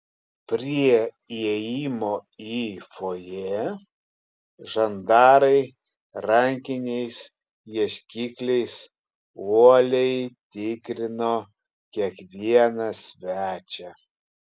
prie įėjimo į fojė žandarai rankiniais ieškikliais uoliai tikrino kiekvieną svečią